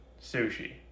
sushi